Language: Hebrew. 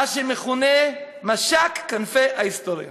מה שמכונה "משק כנפי ההיסטוריה".